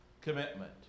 commitment